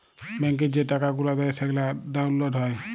ব্যাংকে যে টাকা গুলা দেয় সেগলা ডাউল্লড হ্যয়